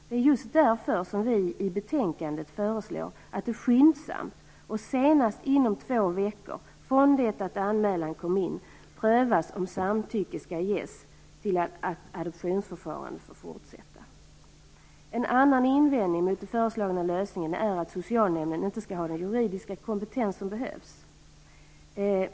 Det är just därför som vi i betänkandet föreslår att det skyndsamt och senast inom två veckor från det att anmälan kom in prövas om samtycke skall ges till att adoptionsförfarandet får fortsätta. En annan invändning mot den föreslagna lösningen är att socialnämnden inte skulle ha den juridiska kompetens som behövs.